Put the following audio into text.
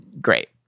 great